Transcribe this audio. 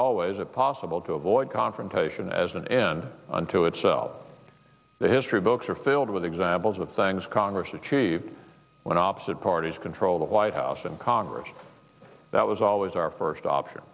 always a possible to avoid confrontation as an end unto itself the history books are filled with examples of things congress achieved when opposite parties control the white house and congress that was always our first option